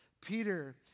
Peter